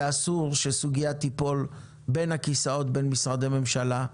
ואסור שסוגיה תיפול בין הכיסאות במשרדי ממשלה.